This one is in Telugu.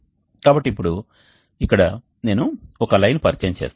కాబట్టి ఇప్పుడు ఇక్కడ నేను ఒక లైన్ పరిచయం చేస్తాను